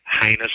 heinous